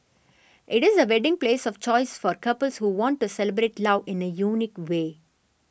it is the wedding place of choice for couples who want to celebrate love in a unique way